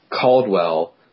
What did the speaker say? Caldwell